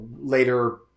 later